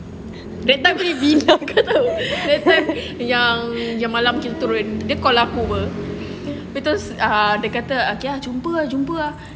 yang malam dia called aku lepas tu ah dia kata okay ya jumpa ya jumpa